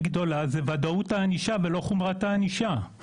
גדולה היא וודאות הענישה ולא חומרת הענישה.